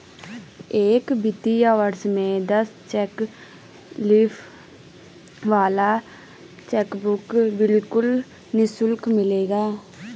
एक वित्तीय वर्ष में दस चेक लीफ वाला चेकबुक बिल्कुल निशुल्क मिलेगा